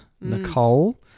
Nicole